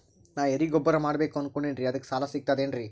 ನಾ ಎರಿಗೊಬ್ಬರ ಮಾಡಬೇಕು ಅನಕೊಂಡಿನ್ರಿ ಅದಕ ಸಾಲಾ ಸಿಗ್ತದೇನ್ರಿ?